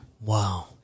Wow